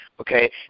okay